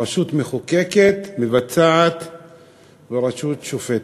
רשות מחוקקת, רשות מבצעת ורשות שופטת.